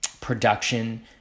production